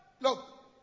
Look